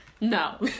no